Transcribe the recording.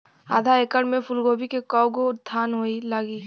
आधा एकड़ में फूलगोभी के कव गो थान लागी?